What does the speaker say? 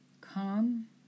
calm